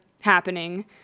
happening